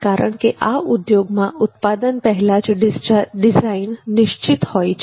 કારણ કે આ ઉદ્યોગમા ઉત્પાદન પહેલા જ ડિઝાઇન નિશ્ચિત હોય છે